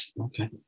Okay